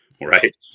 right